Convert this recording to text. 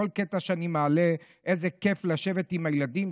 כל קטע שאני מעלה: איזה כיף לשבת עם הילדים,